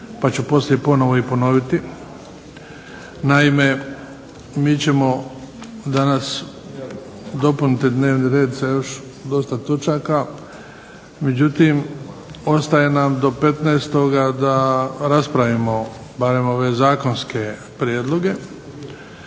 pa ću poslije ponovo i ponoviti. Naime, mi ćemo danas dopuniti dnevni red sa još dosta točaka. Međutim, ostaje nam do petnaestoga da raspravimo barem ove zakonske prijedloge.